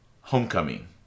homecoming